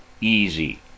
easy